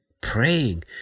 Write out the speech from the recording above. praying